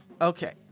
Okay